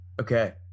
okay